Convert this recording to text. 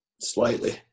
Slightly